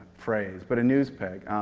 phrase, but a news peg.